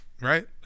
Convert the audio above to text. Right